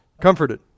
comforted